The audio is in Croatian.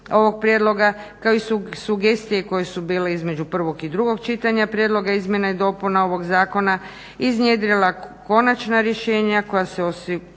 ovog prijedloga kao i sugestije koje su bile između prvog i drugo čitanja prijedloga izmjena i dopuna ovog zakona iznjedrila konačna rješenja kojima se osigurava